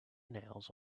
nails